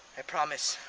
i promise